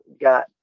got